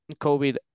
COVID